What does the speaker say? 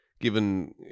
given